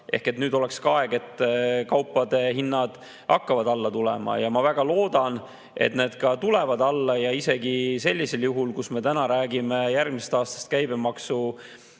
ehk et nüüd on aeg, et kaupade hinnad hakkaksid alla tulema. Ma väga loodan, et need ka tulevad alla, isegi sellisel juhul, kui me täna räägime järgmise aasta käibemaksutõusust